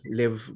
live